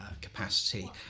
capacity